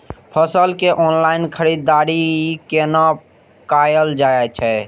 फसल के ऑनलाइन खरीददारी केना कायल जाय छै?